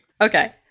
Okay